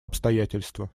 обстоятельства